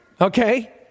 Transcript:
Okay